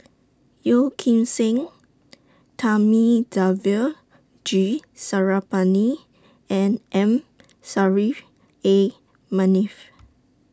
Yeo Kim Seng Thamizhavel G and M A Manaf